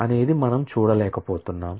అనేది మనం చూడలేకపోతున్నాము